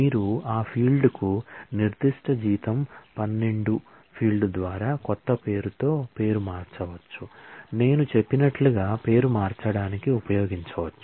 మీరు ఆ ఫీల్డ్కు నిర్దిష్ట జీతం 12 ఫీల్డ్ ద్వారా కొత్త పేరుతో పేరు మార్చవచ్చు నేను చెప్పినట్లుగా పేరు మార్చడానికి ఉపయోగించవచ్చు